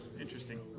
Interesting